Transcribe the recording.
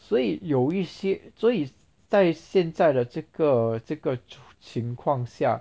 所以有一些所以在现在的这个这个情况下